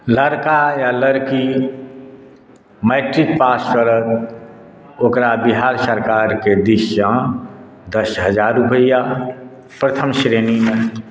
लड़का या लड़की मैट्रिक पास करत ओकरा बिहार सरकारक दिससँ दस हजार रुपैआ प्रथम श्रेणीमे